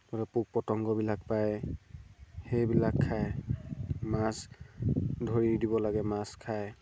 ধৰি লওক পোক পতংগবিলাক পায় সেইবিলাক খায় মাছ ধৰি দিব লাগে মাছ খাই